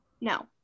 No